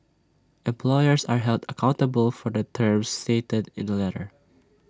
employers are held accountable for the terms stated in the letter